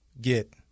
get